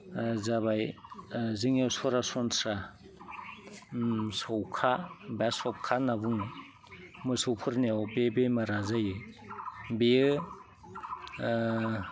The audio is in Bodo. जाबाय जोंनियाव सरासनस्रा सौखा बा सखा होनना बुङो मोसौफोरनियाव बे बेमारा जायो बेयो